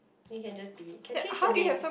then you can just be can change the name